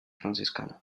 franciscana